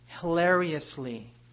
hilariously